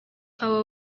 abo